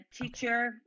teacher